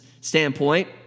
standpoint